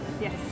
Yes